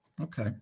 Okay